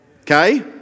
okay